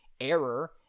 error